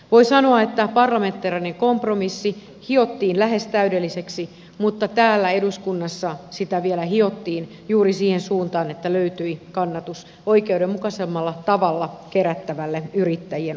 voi sanoa että parlamentaarinen kompromissi hiottiin lähes täydelliseksi mutta täällä eduskunnassa sitä vielä hiottiin juuri siihen suuntaan että löytyi kannatus oikeudenmukaisemmalla tavalla kerättävälle yrittäjien osuudelle